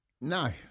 No